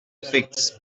figs